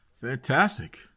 Fantastic